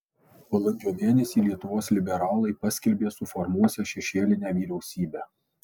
balandžio mėnesį lietuvos liberalai paskelbė suformuosią šešėlinę vyriausybę